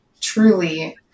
truly